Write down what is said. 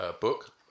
book